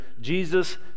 Jesus